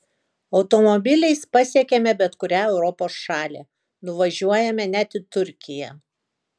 automobiliais pasiekiame bet kurią europos šalį nuvažiuojame net į turkiją